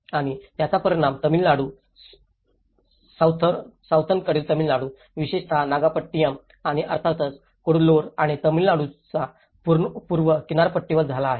आणि त्याचा परिणाम तामिळनाडू सौथर्नकडील तामिळनाडू विशेषतः नागापट्टिनम आणि अर्थातच कुडलोर आणि तामिळनाडूचा पूर्व किनारपट्टीवर झाला आहे